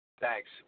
Thanks